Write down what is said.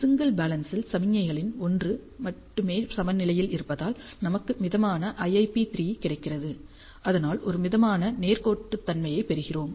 single balance ல் சமிக்ஞைகளில் ஒன்று மட்டுமே சமநிலையில் இருப்பதால் நமக்கு மிதமான IIP3 கிடைக்கிறது அதனால் ஒரு மிதமான நேர்கோட்டுத்தன்மையைப் பெறுகிறோம்